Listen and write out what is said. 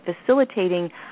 facilitating